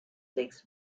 six